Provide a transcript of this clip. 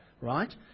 right